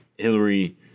Hillary